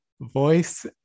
voice